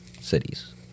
cities